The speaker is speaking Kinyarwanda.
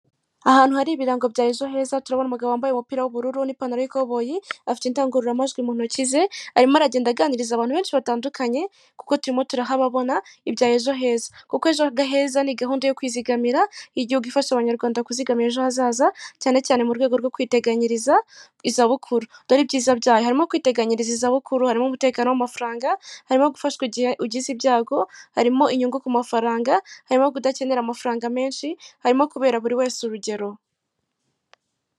Ahantu hari ibirango bya "ejo heza" turabona umugabo wambaye umupira w'ubururu n'ipantalo y'ikoboyi afite indangururamajwi mu ntoki ze arimo aragenda aganiriza abantu benshi batandukanye, kuko turimo turahababona ibya ejo heza. Kuko ejo hegeza ni gahunda yo kwizigamira y'igihugu ifasha abanyarwanda kuzigamira ejo hazaza cyane cyane mu rwego rwo kwiteganyiriza izabukuru, dore ibyiza byayo harimo kwiteganyiriza izabukuru, harimo umutekano w'amafaranga, harimo gufashwa igihe ugize ibyago, harimo inyungu ku mafaranga, harimo kudakenera amafaranga menshi, harimo kubera buri wese urugero.